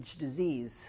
disease